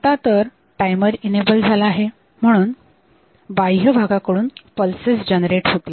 आता तर timer enable झाला आहे म्हणून बाह्य भागाकडून पल्सेस जनरेट होतील